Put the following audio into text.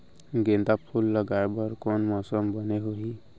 गेंदा फूल लगाए बर कोन मौसम बने होही?